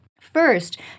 First